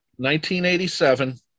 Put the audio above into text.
1987